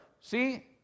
See